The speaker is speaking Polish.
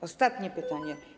Ostatnie pytanie.